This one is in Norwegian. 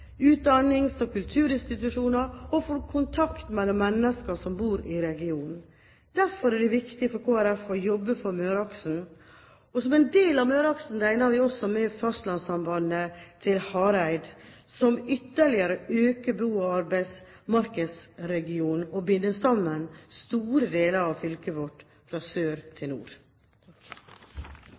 utdannings- og kulturinstitusjoner og for kontakt mellom mennesker som bor i regionen. Derfor er det viktig for Kristelig Folkeparti å jobbe for Møreaksen. Og som en del av Møreaksen regner vi også med fastlandssambandet til Hareid, som ytterligere øker bo- og arbeidsmarkedsregionen og binder sammen store deler av fylket vårt, fra sør til nord.